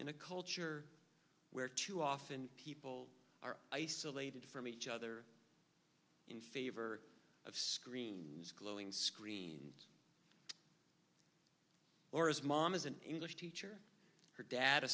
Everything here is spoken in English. in a culture where too often people are isolated from each other in favor of screens glowing screen or is mom is an english teacher her dad a